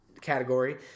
category